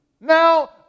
Now